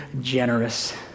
generous